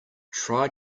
try